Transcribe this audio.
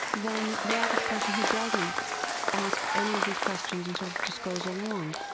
than the average person who doesn't ask any of these questions and sort of just goes along.